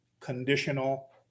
conditional